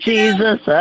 Jesus